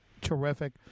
terrific